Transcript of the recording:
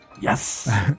Yes